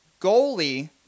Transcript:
Goalie